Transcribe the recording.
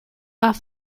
off